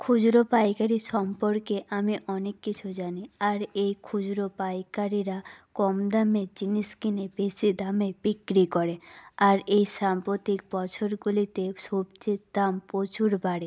খুচরো পাইকারি সম্পর্কে আমি অনেক কিছু জানি আর এই খুচরো পাইকারিরা কম দামে জিনিস কিনে বেশি দামে বিক্রি করে আর এই সাম্প্রতিক বছরগুলিতেও সবজির দাম প্রচুর বাড়ে